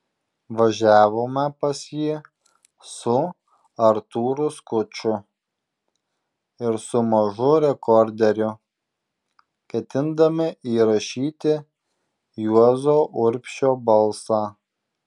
važiavome pas jį su artūru skuču ir su mažu rekorderiu ketindami įrašyti juozo urbšio balsą